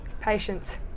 Patience